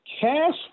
Cash